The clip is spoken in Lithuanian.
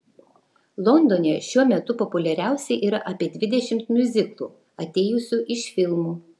londone šiuo metu populiariausi yra apie dvidešimt miuziklų atėjusių iš filmų